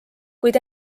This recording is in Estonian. kuid